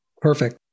Perfect